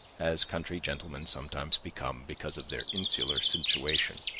as country gentlemen sometimes become because of their insular situation.